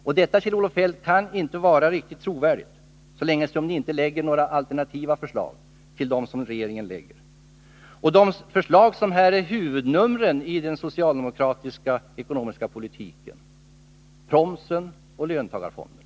Och så länge ni inte lägger fram alternativa förslag, Kjell-Olof Feldt, kan ni inte vara riktigt trovärdiga. De båda huvudnumren i den socialdemokratiska ekonomiska politiken är förslagen om promsen och löntagarfonderna.